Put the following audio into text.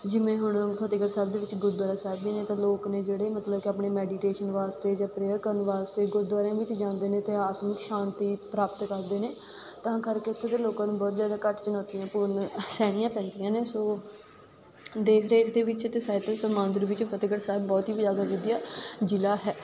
ਜਿਵੇਂ ਹੁਣ ਫਤਿਹਗੜ੍ਹ ਸਾਹਿਬ ਦੇ ਵਿੱਚ ਗੁਰਦੁਆਰਾ ਸਾਹਿਬ ਵੀ ਨੇ ਤਾਂ ਲੋਕ ਨੇ ਜਿਹੜੇ ਮਤਲਬ ਕਿ ਆਪਣੇ ਮੈਡੀਟੇਸ਼ਨ ਵਾਸਤੇ ਜਾਂ ਪ੍ਰੇਅਰ ਕਰਨ ਵਾਸਤੇ ਗੁਰਦੁਆਰਿਆਂ ਵਿੱਚ ਜਾਂਦੇ ਨੇ ਅਤੇ ਆਤਮਿਕ ਸ਼ਾਂਤੀ ਪ੍ਰਾਪਤ ਕਰਦੇ ਨੇ ਤਾਂ ਕਰਕੇ ਇੱਥੇ ਦੇ ਲੋਕਾਂ ਨੂੰ ਬਹੁਤ ਜ਼ਿਆਦਾ ਘੱਟ ਚੁਣੌਤੀਆਂ ਪੂਰਨ ਸਹਿਣੀਆਂ ਪੈਂਦੀਆਂ ਨੇ ਸੋ ਦੇਖ ਰੇਖ ਦੇ ਵਿੱਚ ਅਤੇ ਸਾਹਿਤਕ ਸੰਬੰਧ ਵਿੱਚ ਫਤਿਹਗੜ੍ਹ ਸਾਹਿਬ ਬਹੁਤ ਹੀ ਜ਼ਿਆਦਾ ਵਧੀਆ ਜ਼ਿਲ੍ਹਾ ਹੈ